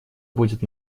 будет